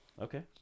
Okay